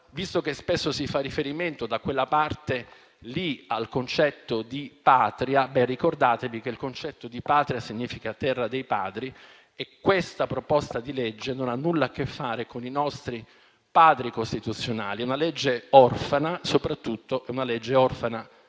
Visto che spesso si fa riferimento, da quella parte lì, al concetto di Patria, ricordate che il concetto di Patria significa terra dei padri. Questa proposta di legge non ha nulla a che fare con i nostri Padri costituzionali. È un disegno di legge orfano e, soprattutto, è orfano